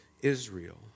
Israel